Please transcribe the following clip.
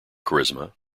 charisma